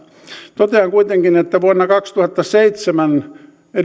totean kuitenkin että vuonna kaksituhattaseitsemän